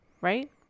Right